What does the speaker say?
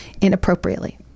inappropriately